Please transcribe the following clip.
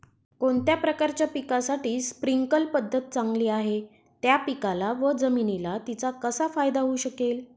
कोणत्या प्रकारच्या पिकासाठी स्प्रिंकल पद्धत चांगली आहे? त्या पिकाला व जमिनीला तिचा कसा फायदा होऊ शकेल?